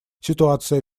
ситуация